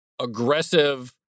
aggressive